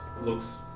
looks